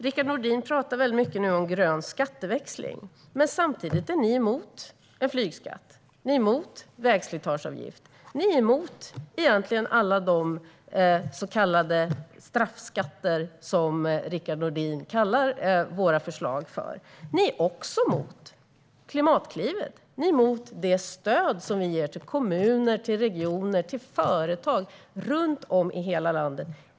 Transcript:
Rickard Nordin talar mycket om grön skatteväxling. Samtidigt är ni emot flygskatt och vägslitageavgift. Ni är emot alla de förslag som Rickard Nordin kallar straffskatter. Ni är också emot Klimatklivet. Ni är emot det stöd som vi ger till kommuner, regioner och företag runt om i hela landet.